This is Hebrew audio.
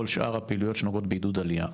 שאר הפעילויות שנוגעות בעידוד עלייה,